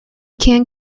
can’t